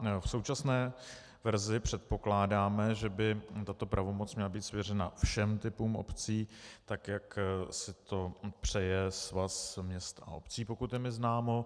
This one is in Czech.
V současné verzi předpokládáme, že by tato pravomoc měla být svěřena všem typům obcí tak, jak si to přeje Svaz měst a obcí, pokud je mi známo.